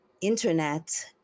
internet